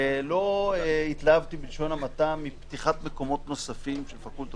לא התלהבתי בלשון המעטה מפתיחת מקומות נוספים של פקולטות